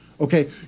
Okay